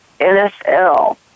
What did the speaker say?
NSL